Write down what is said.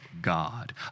God